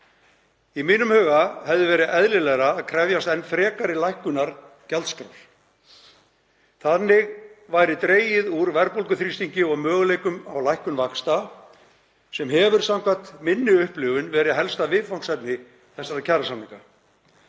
Í mínum huga hefði verið eðlilegra að krefjast enn frekari lækkunar gjaldskrár. Þannig væri dregið úr verðbólguþrýstingi og möguleikum á lækkun vaxta sem hefur samkvæmt minni upplifun verið helsta viðfangsefni þessara kjarasamninga.